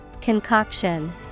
Concoction